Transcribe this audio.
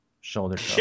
Shoulder